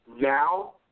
now